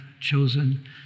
chosen